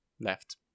left